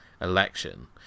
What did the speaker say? election